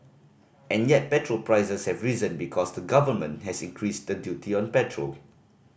and yet petrol prices have risen because the Government has increased the duty on petrol